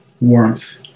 warmth